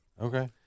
Okay